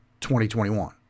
2021